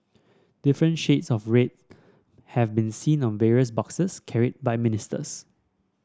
different shades of red have been seen on various boxes carried by ministers